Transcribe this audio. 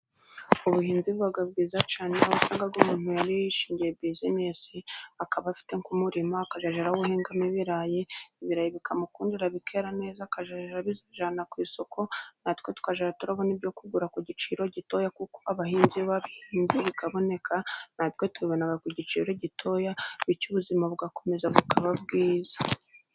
Ubuhinzi buba bwiza cyane. aho usanga umuntu yarishingiye bizinness, akaba afite nk'umurima akajya awuhingamo ibirayi, bikamukundira bikera neza, akajya abijyana ku isoko, natwe tukajya tubona ibyo kugura ku giciro gitoya, kuko abahinzi babihinga bikaboneka, natwe tukabibona ku giciro gitoya, bityo ubuzima bugakomeza bukaba bwiza.